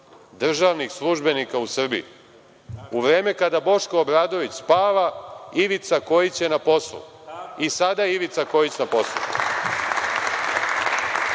državnih službenika u Srbiji. U vreme kada Boško Obradović spava, Ivica Kojić je na poslu. I sada je Ivica Kojić na poslu.